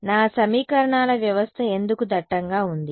నా సమీకరణాల వ్యవస్థ ఎందుకు దట్టంగా ఉంది